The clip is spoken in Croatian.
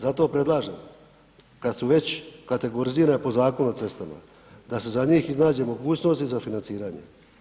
Zato predlažem kad su već kategorizirane po Zakonu o cestama, da se za njih iznađe mogućnost i za financiranje.